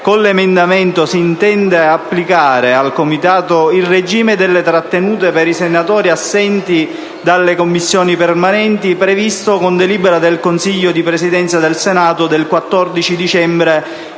con l'emendamento si intende applicare al Comitato il regime delle trattenute per i senatori assenti dalle Commissioni permanenti previsto con delibera del Consiglio di Presidenza del Senato del 14 dicembre 2011.